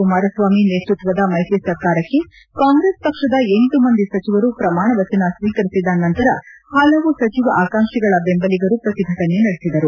ಕುಮಾರಸ್ವಾಮಿ ನೇತೃತ್ವದ ಮೈತ್ರಿ ಸರ್ಕಾರಕ್ಕೆ ಕಾಂಗ್ರೆಸ್ ಪಕ್ಷದ ಎಂಟು ಮಂದಿ ಸಚಿವರು ಪ್ರಮಾಣ ವಚನ ಸ್ವೀಕರಿಸಿದ ನಂತರ ಹಲವು ಸಚಿವ ಆಕಾಂಕ್ಷಿಗಳ ಬೆಂಬಲಿಗರು ಪ್ರತಿಭಟನೆ ನಡೆಸಿದರು